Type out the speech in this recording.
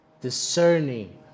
discerning